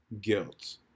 guilt